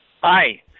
Hi